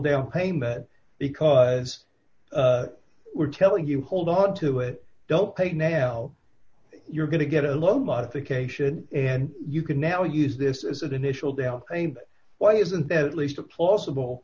down payment because we're telling you hold onto it don't pay now you're going to get a loan modification and you can now use this as an initial down payment why isn't that at least a plausible